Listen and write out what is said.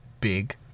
big